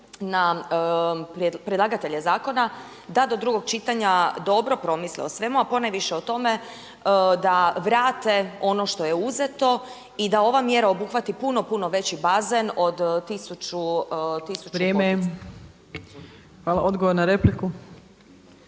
na predlagatelje zakona da do drugog čitanja dobro promisle o svemu a ponajviše o tome da vrate ono što je uzeto i da ova mjera obuhvati puno, puno veći bazen od tisuću, tisuću …/Govornik